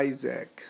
Isaac